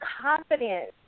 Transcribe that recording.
confidence